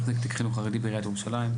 מחזיק תיק חינוך החרדי בעיריית ירושלים.